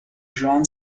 johann